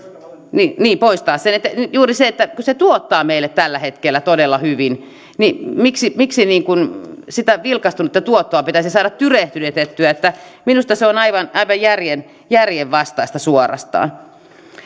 niin niin poistaa sen juuri sen että kun se tuottaa meille tällä hetkellä todella hyvin niin miksi miksi sitä vilkastunutta tuottoa pitäisi saada tyrehdytettyä minusta se on aivan järjenvastaista suorastaan